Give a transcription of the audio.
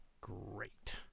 great